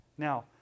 Now